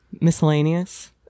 miscellaneous